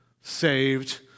saved